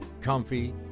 comfy